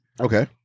Okay